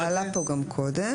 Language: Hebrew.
זה עלה כאן קודם.